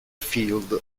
field